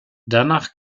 danach